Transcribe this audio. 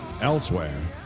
elsewhere